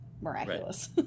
miraculous